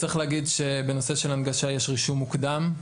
צריך להגיד בנושא של הנגשה שיש רישום מוקדם,